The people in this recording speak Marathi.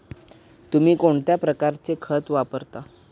तुम्ही कोणत्या प्रकारचे खत वापरता?